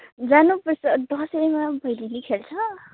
जानुपर्छ दसैँमा भैलिनी खेल्छ